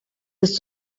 ist